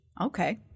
Okay